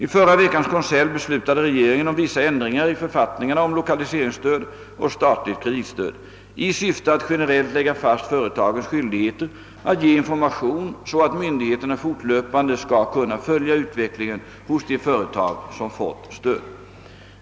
I förra veckans konselj beslutade regeringen om vissa ändringar i författningarna om lokaliseringsstöd och statligt kreditstöd i syfte att generellt lägga fast företagens skyldigheter att ge information, så att myndigheterna fortlöpande skall kunna följa utvecklingen hos de företag som fått stöd.